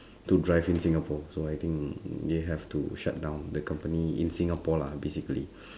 to drive in singapore so I think they have to shut down the company in singapore lah basically